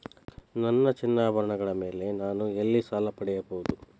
ನನ್ನ ಚಿನ್ನಾಭರಣಗಳ ಮೇಲೆ ನಾನು ಎಲ್ಲಿ ಸಾಲ ಪಡೆಯಬಹುದು?